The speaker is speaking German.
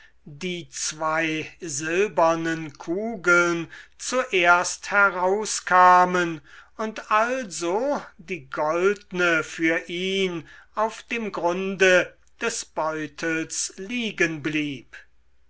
die zwei silbernen kugeln zuerst herauskamen und also die goldne für ihn auf dem grunde des beutels liegen blieb